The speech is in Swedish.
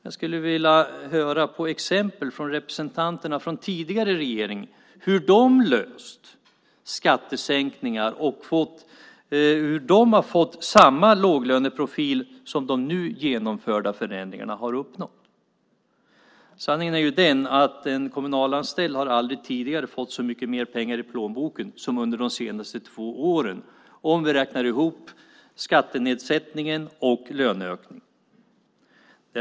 Jag skulle vilja få exempel från representanterna för den tidigare regeringen och höra hur de hade löst detta med skattesänkningar och fått samma låglöneprofil som vi med de nu genomförda förändringarna har uppnått. Sanningen är att en kommunalanställd aldrig tidigare har fått så mycket mer pengar i plånboken som under de senaste två åren - skattenedsättningen och löneökningen då hopräknade.